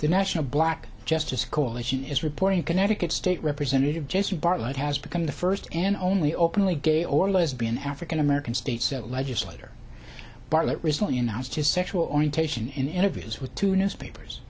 the national black justice coalition is reporting connecticut state representative jason bartlett has become the first and only openly gay or lesbian african american state set legislator bartlet recently announced his sexual orientation in interviews with two newspapers